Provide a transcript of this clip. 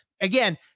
again